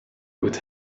good